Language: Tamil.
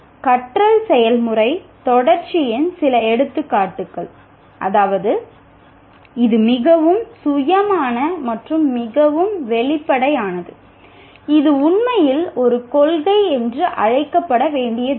கற்றல் செயல்முறை தொடர்ச்சியின் சில எடுத்துக்காட்டுகள் அதாவது இது மிகவும் சுயமான மற்றும் மிகவும் வெளிப்படையானது இது உண்மையில் ஒரு கொள்கை என்று அழைக்கப்பட வேண்டியதில்லை